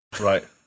Right